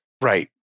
Right